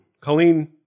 Colleen